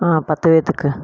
ஆ பத்து பேர்த்துக்கு